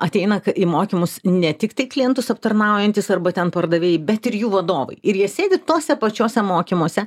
ateina į mokymus ne tik tai klientus aptarnaujantys arba ten pardavėjai bet ir jų vadovai ir jie sėdi tuose pačiuose mokymuose